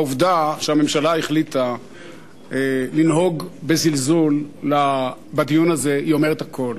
בעובדה שהממשלה החליטה לנהוג בזלזול בדיון הזה היא אומרת הכול.